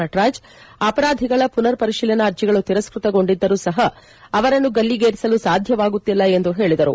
ನಟರಾಜ್ ಅಪರಾಧಿಗಳ ಮನರ್ಪರಿಶೀಲನಾ ಅರ್ಜಿಗಳು ತಿರಸ್ಕತಗೊಂಡಿದ್ದರೂ ಸಹ ಅವರನ್ನು ಗಲ್ಲಿಗೇರಿಸಲು ಸಾಧ್ಯವಾಗುತ್ತಿಲ್ಲ ಎಂದು ಹೇಳಿದರು